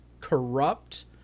corrupt